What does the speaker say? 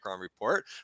report